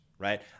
right